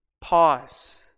pause